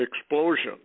explosion